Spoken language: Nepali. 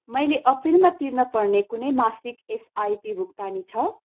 मैले एप्रिलमा तिर्नपर्ने कुनै मासिक एसआइपी भुक्तानी छ